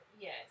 Yes